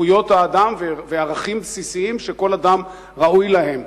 זכויות האדם וערכים בסיסיים שכל אדם ראוי להם.